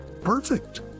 perfect